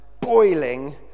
boiling